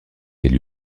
élu